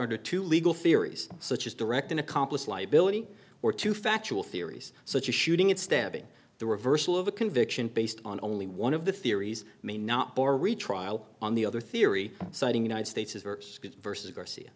under two legal theories such as direct an accomplice liability or two factual theories such a shooting at stabbing the reversal of a conviction based on only one of the theories may not bar retrial on the other theory citing united states is worse versus garcia